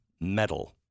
metal